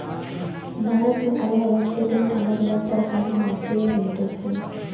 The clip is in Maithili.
भारत मे अलग अलग क्षेत्र मे अलग अलग प्रकारक माटि भेटै छै